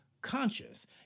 conscious